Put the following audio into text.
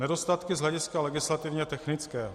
Nedostatky z hlediska legislativně technického.